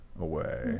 away